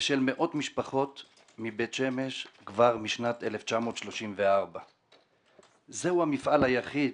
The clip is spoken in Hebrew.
ושל מאות משפחות מבית שמש כבר משנת 1934. זהו המפעל היחיד